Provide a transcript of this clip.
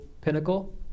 pinnacle